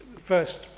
first